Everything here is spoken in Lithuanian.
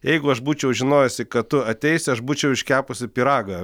jeigu aš būčiau žinojusi kad tu ateisi aš būčiau iškepusi pyragą